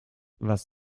was